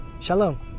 Shalom